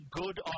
good